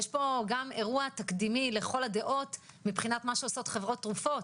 יש פה גם אירוע תקדימי לכל הדעות מבחינת מה שעושות חברות תרופות,